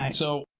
so,